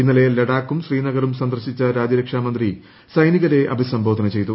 ഇന്നലെ ലഡാക്കും ശ്രീനഗറും സന്ദർശിച്ചു രാജ്യരക്ഷാമന്ത്രി സൈനികരെ അഭിസംബോധന ചെയ്തു